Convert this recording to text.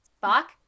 bach